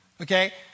okay